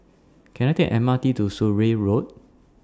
Can I Take The M R T to Surrey Road